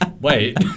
wait